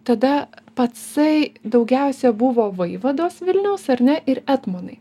tada pacai daugiausia buvo vaivados vilniaus ar ne ir etmonai